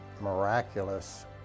miraculous